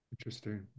Interesting